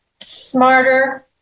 smarter